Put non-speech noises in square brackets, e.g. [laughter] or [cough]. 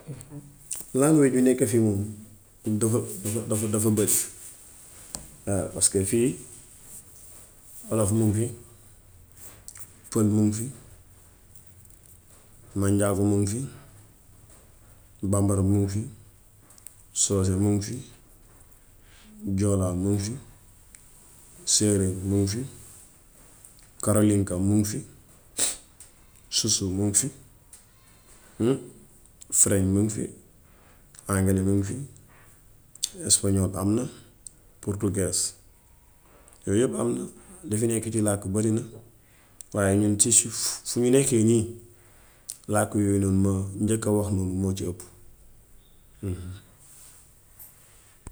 Lànga bi nekk fii moom moom dafa dafa dafa bëri [hesitation] paska fii olof muŋ fi, pël muŋ fi, mànjaako miŋ fi, bàmbara mooŋ fi, soose mooŋ fi, joolaa mooŋ fi, séeréer mooŋ fi, karolinka mooŋ fi, [noise] susu mooŋ fi, [unintelligible] fren muŋ fi, àngale muŋ fi, espagnole am na, purtugees. Yooyu yépp am na. Li fi nekk ci làkk barina. Waaye ñun ci fu ñu nekkee nii làkk yooyu ma njëkk a wax noonu moo ci ëpp. [unintelligible]